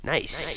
Nice